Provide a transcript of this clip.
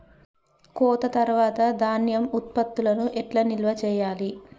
కోత తర్వాత ధాన్యం ఉత్పత్తులను ఎట్లా నిల్వ చేయాలి?